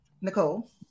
Nicole